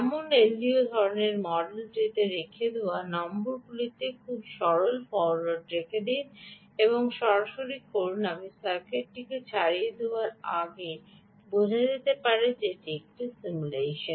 এমন এলডিওর ধরণের মডেলটিতে রেখে দেওয়া নম্বরগুলিতে খুব সরল ফরোয়ার্ড রেখে দেয় এবং সরাসরি করুন আপনি সার্কিটটি ছড়িয়ে দেওয়ার আগেও বোঝার আগে একটি সিমুলেশন